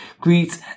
Greet